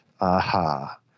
aha